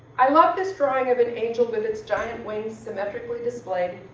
i love this drawing of an angel with its giant wings symmetrically displayed.